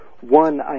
one